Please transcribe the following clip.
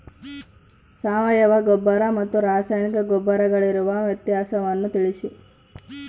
ಸಾವಯವ ಗೊಬ್ಬರ ಮತ್ತು ರಾಸಾಯನಿಕ ಗೊಬ್ಬರಗಳಿಗಿರುವ ವ್ಯತ್ಯಾಸಗಳನ್ನು ತಿಳಿಸಿ?